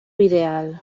ideal